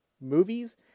movies